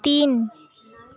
তিন